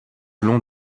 long